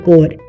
God